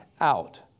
out